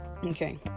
Okay